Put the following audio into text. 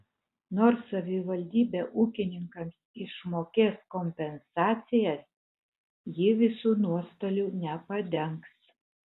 nors savivaldybė ūkininkams išmokės kompensacijas ji visų nuostolių nepadengs